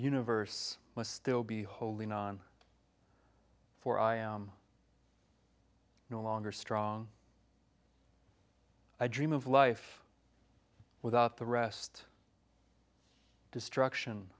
universe must still be holding on for i am no longer strong i dream of life without the rest destruction